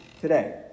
today